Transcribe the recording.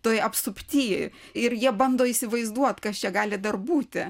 toj apsupty ir jie bando įsivaizduot kas čia gali dar būti